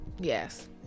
Yes